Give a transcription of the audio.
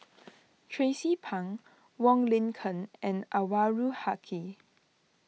Tracie Pang Wong Lin Ken and Anwarul Haque